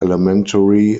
elementary